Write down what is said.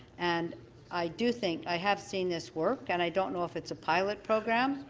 and i do think i have seen this work. and i don't know if it's a pilot program,